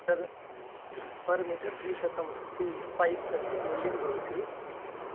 पर् per metre द्विशतम् इति pipe तस्य मूल्यं भवति आ